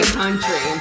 country